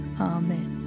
Amen